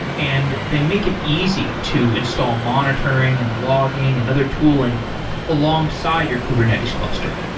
and they make it easy to install monitoring and logging and other tooling alongside your kubernetes cluster.